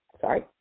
Sorry